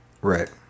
right